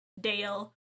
Dale